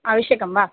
आवश्यकं वा